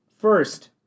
First